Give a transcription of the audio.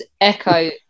Echo